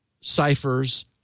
ciphers